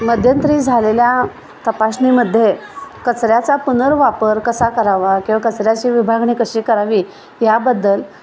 मध्यंतरी झालेल्या तपासणीमध्ये कचऱ्याचा पुनर्वापर कसा करावा किंवा कचऱ्याची विभागणी कशी करावी याबद्दल